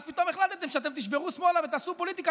אז פתאום החלטתם שאתם תשברו שמאלה ותעשו פוליטיקה,